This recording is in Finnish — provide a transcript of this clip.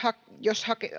jos